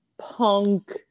punk